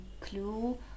clue